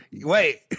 Wait